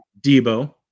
Debo